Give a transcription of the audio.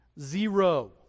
Zero